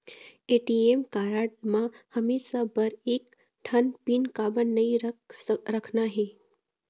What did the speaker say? ATM card म हमेशा बर एक ठन पिन काबर नई रखना हे?